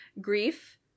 grief